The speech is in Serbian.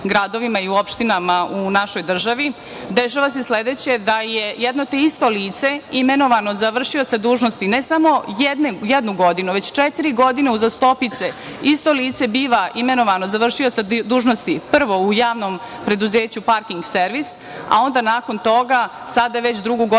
i opštinama u našoj državi, dešava se sledeće – da je jedno te isto lice imenovano za vršioca dužnosti ne samo jednu godinu, već četiri godine uzastopce isto lice biva imenovano za vršioca dužnosti prvo u Javnom preduzeću „Parking servis“, a onda nakon toga sada već drugu godinu